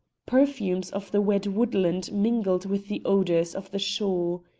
perfumes of the wet woodland mingled with the odours of the shore.